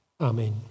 Amen